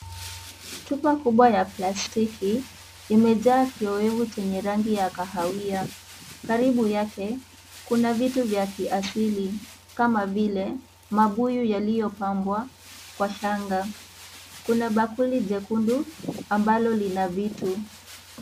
Chupa kubwa ya plastiki, imejaa kiyowevu chenye rangi ya kahawia. Karibu yake, kuna vitu vya kiasili kama vile, mabuyu yaliyopambwa kwa shanga. Kuna bakuli jekundu ambalo lina vitu.